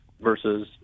versus